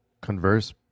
converse